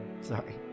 Sorry